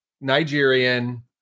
Nigerian